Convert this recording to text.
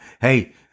hey